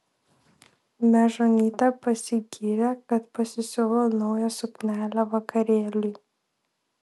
mežonytė pasigyrė kad pasisiuvo naują suknelę vakarėliui